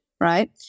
right